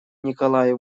николай